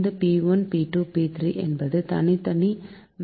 இந்த P1 P2 P3 என்பது தனித்தனி மேக்சிமம் டிமாண்ட்கள் ஆகும்